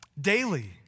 daily